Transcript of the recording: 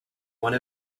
one